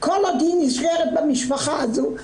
כל עוד היא נשארת במשפחה הזו.